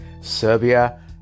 Serbia